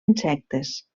insectes